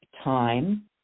time